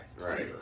Right